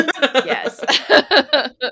Yes